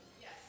Yes